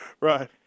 Right